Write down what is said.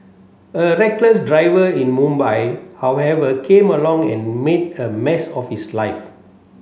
a reckless driver in Mumbai however came along and made a mess of his life